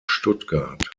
stuttgart